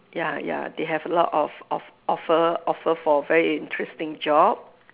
ya ya they have a lot of of~ offer offer for very interesting job